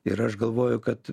ir aš galvoju kad